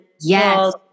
yes